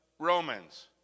Romans